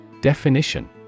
Definition